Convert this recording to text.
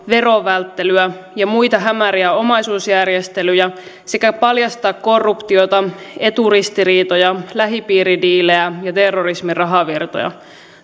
verovälttelyä ja muita hämäriä omaisuusjärjestelyjä sekä paljastaa korruptiota eturistiriitoja lähipiiridiilejä ja terrorismin rahavirtoja